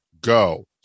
go